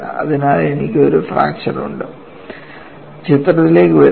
അതിനാൽ എനിക്ക് ഒരു ഫാക്ടർ രണ്ട് ചിത്രത്തിലേക്ക് വരുന്നു